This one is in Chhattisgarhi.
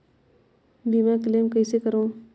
बीमा क्लेम कइसे करों?